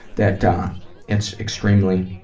that it's extremely,